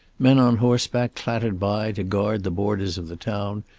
men on horseback clattered by to guard the borders of the town,